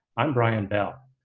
i'm brian bell.